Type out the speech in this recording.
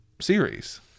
series